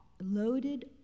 loaded